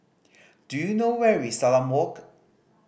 do you know where is Salam Walk